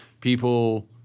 people